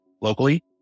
locally